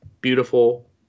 beautiful